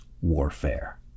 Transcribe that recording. warfare